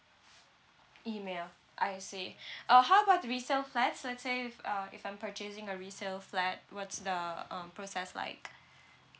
email I see uh how about resale flats let's say if uh if I'm purchasing a resale flat what's the um process like